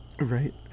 Right